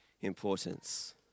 importance